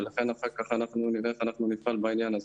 ולכן אחר כך אנחנו נדע איך לפעול בעניין הזה.